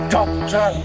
Doctor